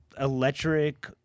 electric